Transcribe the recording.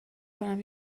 کنم